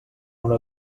una